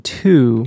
two